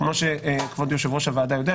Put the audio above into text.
כמו שכבוד יושב-ראש הוועדה יודע,